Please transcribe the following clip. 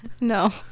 No